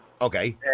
Okay